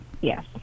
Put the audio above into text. Yes